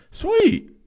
sweet